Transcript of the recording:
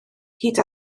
hyd